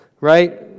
Right